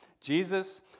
Jesus